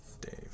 Dave